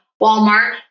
Walmart